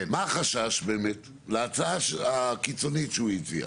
מה החשש באמת להצעה הקיצונית שהוא הציע?